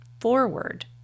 forward